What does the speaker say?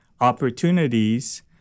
opportunities